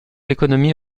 l’économie